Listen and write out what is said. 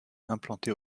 implantés